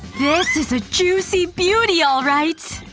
this is a juicy beauty, alright.